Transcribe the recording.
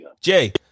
Jay